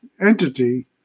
entity